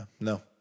No